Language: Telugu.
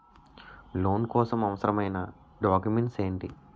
లోన్ కోసం అవసరమైన డాక్యుమెంట్స్ ఎంటి?